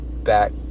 back